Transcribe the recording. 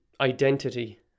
identity